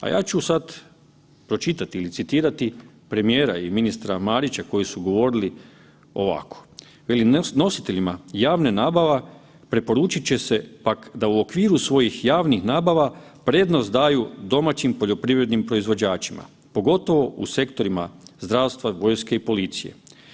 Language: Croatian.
A ja ću sad pročitati ili citirati premijera i ministra Marića koji su govorili ovako, veli, nositeljima javnih nabava preporučit će se pak da u okviru svojih javnih nabava prednost daju domaćim poljoprivrednim proizvođačima, pogotovo u sektorima zdravstva, vojske i policije.